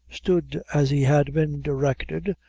stood, as he had been directed,